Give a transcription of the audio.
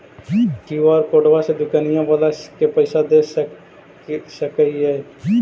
QR कोडबा से दुकनिया बाला के पैसा दे सक्रिय?